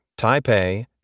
Taipei